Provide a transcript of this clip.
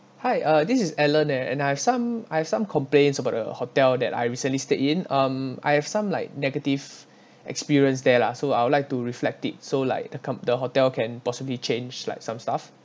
hi uh this is alan and I have some I have some complaints about the hotel that I recently stayed in um I have some like negative experience there lah so I would like to reflect it so like the com~ the hotel can possibly change like some stuff